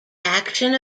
action